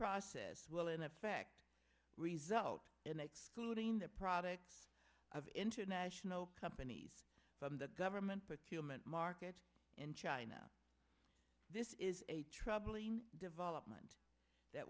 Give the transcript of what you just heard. process will in effect result in excluding the products of international companies from the government but human market in china this is a troubling development that